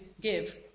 give